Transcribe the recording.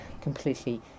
completely